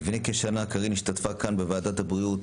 לפני כשנה קארין השתתפה כאן, בוועדת הבריאות,